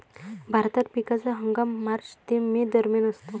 भारतात पिकाचा हंगाम मार्च ते मे दरम्यान असतो